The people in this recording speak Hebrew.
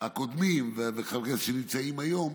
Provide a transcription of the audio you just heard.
הקודמים וחברי הכנסת שנמצאים היום,